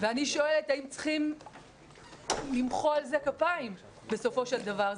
ואני שואלת האם צריכים למחוא על זה כפיים בסופו של דבר?